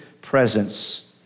presence